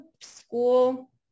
school